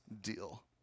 deal